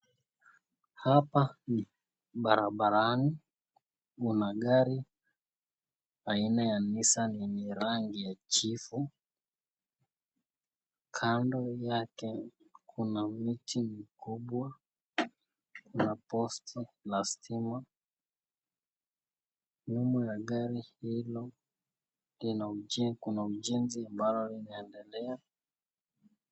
Hapa ni barabarani, kuna gari aina ya Nissan enye rangi ya jivu, kando yake kuna miti mkubwa na posti la stima nyuma ya gari hilo kuna ujenzi ambalo linaendelea.